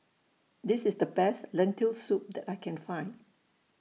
This IS The Best Lentil Soup that I Can Find